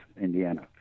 Indiana